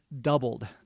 doubled